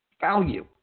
value